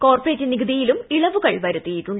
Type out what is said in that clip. corporate നികുതിയിലും ഇളവുകൾ വരുത്തിയിട്ടുണ്ട്